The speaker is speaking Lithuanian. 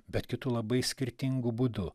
bet kitu labai skirtingu būdu